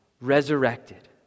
resurrected